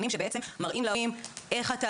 אלה סרטונים שבעצם מראים להורים איך אתה